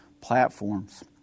platforms